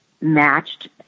matched